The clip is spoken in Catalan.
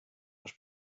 els